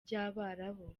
by’abarabu